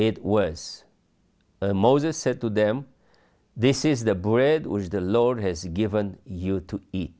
it was moses said to them this is the bread was the lord has given you to eat